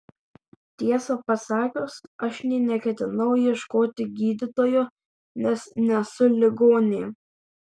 tiesą pasakius aš nė neketinau ieškoti gydytojo nes nesu ligonė